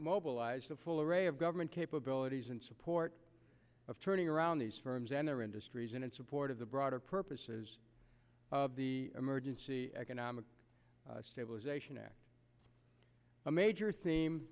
mobilized the full array of government capabilities and support of turning around these firms and their industries and in support of the broader purposes of the emergency economic stabilization act a major theme